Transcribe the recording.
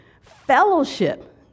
Fellowship